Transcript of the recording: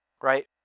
right